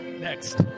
Next